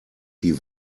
die